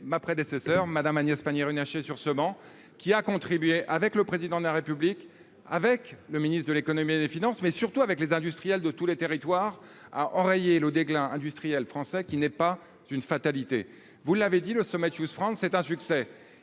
ma prédécesseure, Mme Agnès Pannier-Runacher, qui a contribué, avec le Président de la République, avec le ministre de l'économie et des finances, mais surtout avec les industriels de tous les territoires, à enrayer le déclin industriel français, qui n'est pas une fatalité. Oui, le sommet a été un succès.